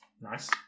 Nice